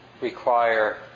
require